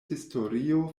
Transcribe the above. historio